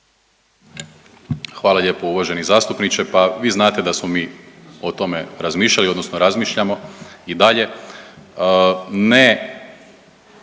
Hvala lijepo uvaženi zastupniče, pa vi znate da smo mi o tome razmišljali odnosno razmišljamo i dalje.